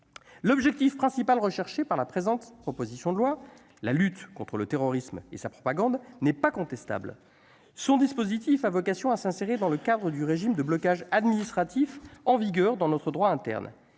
l'objectif principal recherché par la présente proposition de loi, la lutte contre le terrorisme et sa propagande n'est pas contestable, son dispositif à vocation à s'insérer dans le cadre du régime de blocage administratif en vigueur dans notre droit interne,